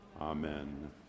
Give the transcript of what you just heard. Amen